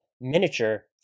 miniature